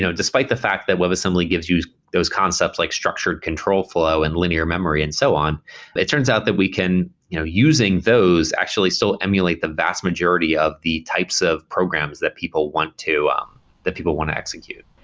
despite the fact that webassembly gives you those concepts, like structured control flow and linear memory and so on. but it turns out that we can, you know using those, actually still emulate the vast majority of the types of programs that people want to um people want to execute.